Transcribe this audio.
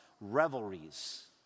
revelries